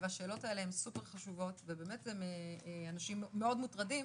והשאלות האלה הן סופר חשובות ובאמת אנשים מאוד מוטרדים,